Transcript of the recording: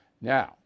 Now